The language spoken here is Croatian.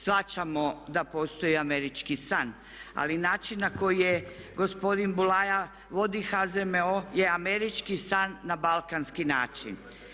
Shvaćamo da postoji američki san, ali način na koji je gospodin Bulaja vodi HZMO je američki san na balkanski način.